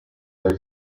yawe